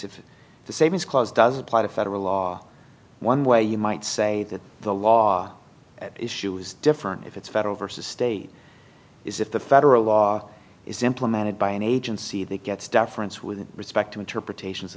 if the same is clause does apply to federal law one way you might say that the law at issue is different if it's federal versus state is if the federal law is implemented by an agency that gets deference with respect to interpretations